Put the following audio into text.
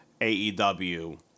AEW